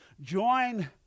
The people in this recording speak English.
Join